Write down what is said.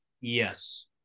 Yes